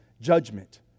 judgment